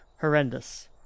horrendous